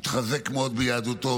התחזק מאוד ביהדותו.